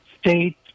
state